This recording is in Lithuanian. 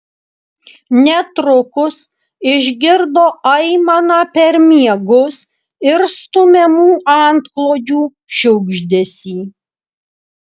netrukus išgirdo aimaną per miegus ir stumiamų antklodžių šiugždesį